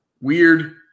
weird